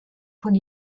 von